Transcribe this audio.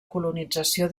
colonització